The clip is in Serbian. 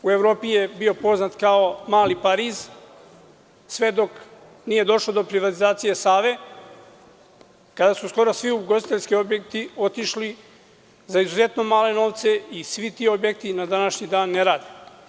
U Evropi je bio poznat kao mali Pariz, sve dok nije došlo do privatizacije „Save“, kada su skoro svi ugostiteljski objekti otišli za izuzetno male novce i svi ti objekti, na današnji dan, ne rade.